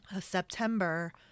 September